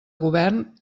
govern